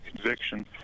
conviction